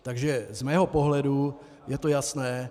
Takže z mého pohledu je to jasné.